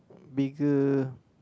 bigger